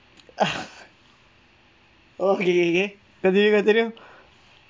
okay okay okay continue continue